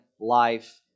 life